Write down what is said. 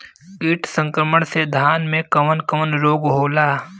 कीट संक्रमण से धान में कवन कवन रोग होला?